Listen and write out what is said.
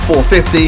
450